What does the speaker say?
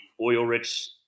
oil-rich